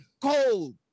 cold